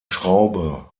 schraube